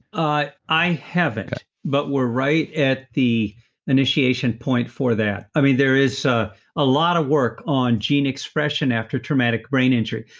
i i haven't okay ah but we're right at the initiation point for that. i mean there is a lot of work on gene expression after traumatic brain injury.